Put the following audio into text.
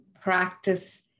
practice